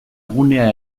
gunea